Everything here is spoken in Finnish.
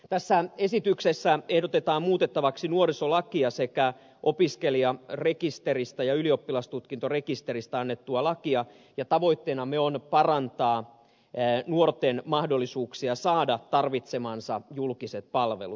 tässä esityksessä ehdotetaan muutettavaksi nuorisolakia sekä opiskelijarekisteristä ja ylioppilastutkintorekisteristä annettua lakia ja tavoitteenamme on parantaa nuorten mahdollisuuksia saada tarvitsemansa julkiset palvelut